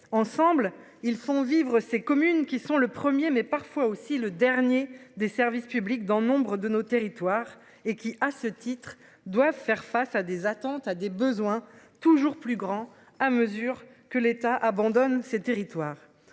Ensemble, ils font vivre ces communes qui sont le premier mais parfois aussi le dernier des services publics dans nombre de nos territoires et qui à ce titre doivent faire face à des attentats, des besoins toujours plus grands, à mesure que l'État abandonne ses territoires